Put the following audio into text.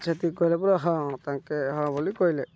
ସେତିକ କହିଲେ ପୁରା ହଁ ତାଙ୍କେ ହଁ ବୋଲି କହିଲେ